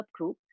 subgroup